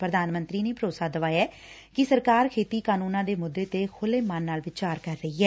ਪ੍ਰਧਾਨ ਮੰਤਰੀ ਨੇ ਭਰੋਸਾ ਦਵਾਇਐ ਕਿ ਸਰਕਾਰ ਖੇਤੀ ਕਾਨੰਨਾਂ ਦੇ ਮੁੱਦੇ ਤੇ ਖੁੱਲੇ ਮਨ ਨਾਲ ਵਿਚਾਰ ਕਰ ਰਹੀ ਐ